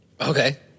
Okay